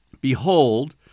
Behold